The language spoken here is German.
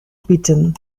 bitten